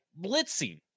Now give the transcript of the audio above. blitzing